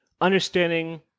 understanding